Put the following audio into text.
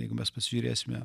jeigu mes pasižiūrėsime